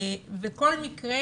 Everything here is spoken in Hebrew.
כל מקרה